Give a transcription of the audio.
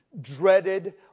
Dreaded